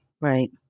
right